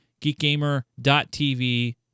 geekgamer.tv